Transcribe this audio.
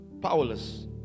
powerless